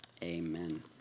amen